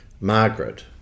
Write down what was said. Margaret